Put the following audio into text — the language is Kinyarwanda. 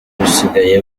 busigaye